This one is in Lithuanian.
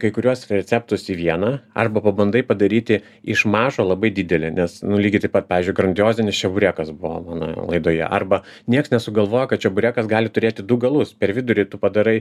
kai kuriuos receptus į vieną arba pabandai padaryti iš mažo labai didelį nes nu lygiai taip pat pavyzdžiui grandiozinis čeburėkas buvo mano laidoje arba nieks nesugalvojo kad čeburėkas gali turėti du galus per vidurį tu padarai